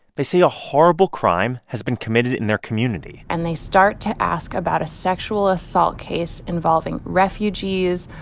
they say a horrible crime has been committed in their community and they start to ask about a sexual assault case involving refugees,